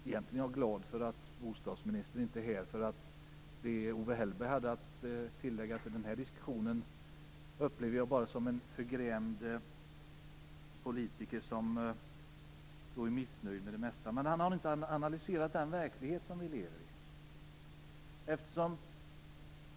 Egentligen är jag glad för att bostadsministern inte är här - det Owe Hellberg hade att tillföra den här diskussionen upplever jag bara som missnöje från en förgrämd politiker. Han har inte analyserat den verklighet som vi lever i.